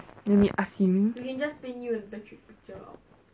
let me ask you you can just be new infrastructure